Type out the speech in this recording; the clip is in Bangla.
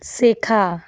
শেখা